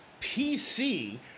PC